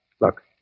Look